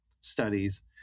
studies